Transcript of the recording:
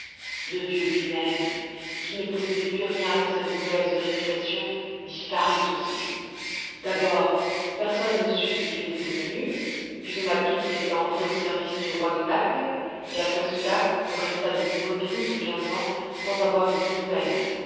le vieux lui-même qui ne possédait plus rien que sa mauvaise réputation disparut aussi d'abord personne ne sut ce qu'il était devenu puis on apprit qu'il était entré au service du roi de naples et après cela on resta de nouveau douze ou quinze ans sans avoir de ses nouvelles